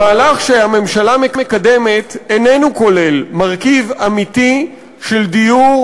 המהלך שהממשלה מקדמת איננו כולל מרכיב אמיתי של דיור